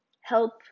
help